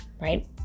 right